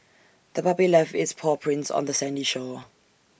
the puppy left its paw prints on the sandy shore